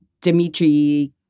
Dimitri